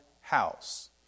house